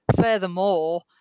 furthermore